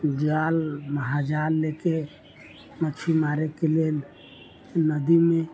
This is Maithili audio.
जाल महाजाल लेके मछली मारै के लिए नदी मे